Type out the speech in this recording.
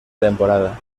temporada